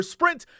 Sprint